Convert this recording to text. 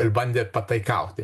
ir bandė pataikauti